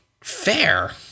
fair